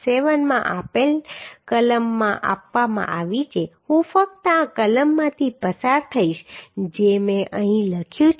7 માં આપેલ કલમમાં આપવામાં આવી છે હું ફક્ત આ કલમમાંથી પસાર થઈશ જે મેં અહીં લખ્યું છે